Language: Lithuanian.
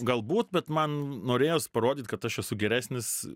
galbūt bet man norėjos parodyt kad aš esu geresnis